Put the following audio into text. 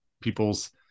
people's